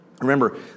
Remember